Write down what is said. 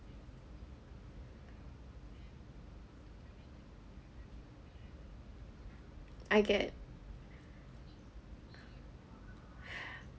I get